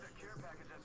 care package,